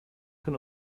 can